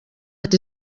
ati